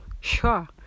Sure